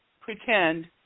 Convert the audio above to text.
pretend